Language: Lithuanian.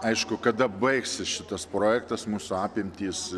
aišku kada baigsis šitas projektas mūsų apimtys